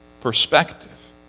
perspective